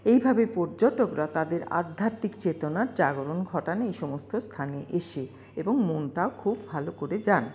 এইভাবে পর্যটকরা তাদের আধ্যাত্মিক চেতনার জাগরণ ঘটান এই সমস্ত স্থানে এসে এবং মনটাও খুব ভালো করে যান